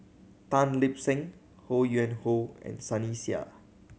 Tan Lip Seng Ho Yuen Hoe and Sunny Sia